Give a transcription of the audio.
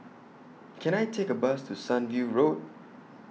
Can I Take A Bus to Sunview Road